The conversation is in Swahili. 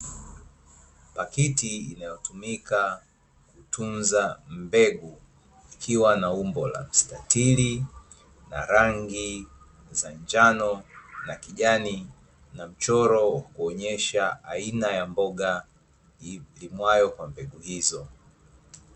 Pakiti inayotumika kutunza mbegu ikiwa na umbo la mstatili na rangi za njano na kijani, na mchoro wa kuonyesha aina ya mboga ilimwayo na mbegu hizo.